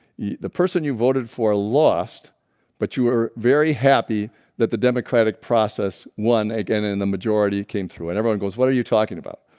the person you voted for lost but you were very happy that the democratic process won again in the majority came through and everyone goes what are you talking about?